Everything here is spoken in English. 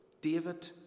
David